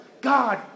God